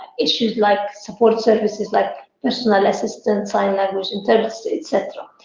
issues like support services, like personal assistants, sign language interpreters, et cetera.